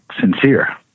sincere